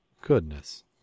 Goodness